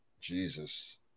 Jesus